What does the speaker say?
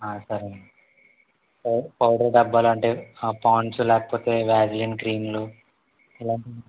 సరే అండి పౌ పౌడర్ డబ్బా లాంటివి పాండ్స్ లేకపోతే వ్యాసిలీన్ క్రీంలు ఇలాంటివి